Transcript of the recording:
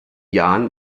jahren